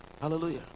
hallelujah